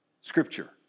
scripture